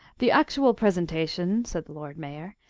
the actual presentation, said the lord mayor,